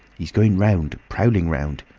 he's going round prowling round.